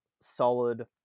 solid